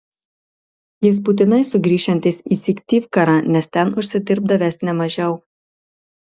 jis būtinai grįšiantis į syktyvkarą nes ten užsidirbdavęs ne mažiau